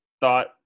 thought